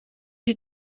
die